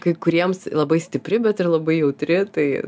kai kuriems labai stipri bet ir labai jautri tai